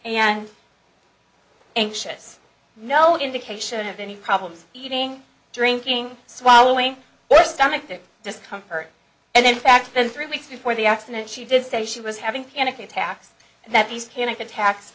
and anxious no indication of any problems eating drinking swallowing or stomach tic discomfort and in fact spent three weeks before the accident she did say she was having panic attacks and that these canuck attacks